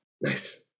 Nice